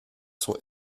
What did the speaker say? sont